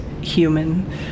human